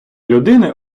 людини